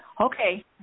Okay